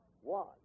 one